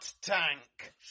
Tank